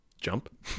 jump